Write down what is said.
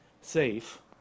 safe